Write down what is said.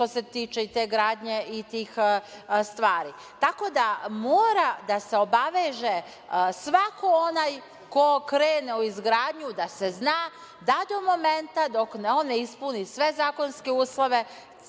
što se tiče i te gradnje i tih stvari. Tako da, mora da se obaveže svako onaj ko krene u izgradnju, da se zna da do momenta dok on ne ispuni sve zakonske uslove,